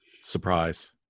Surprise